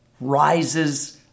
rises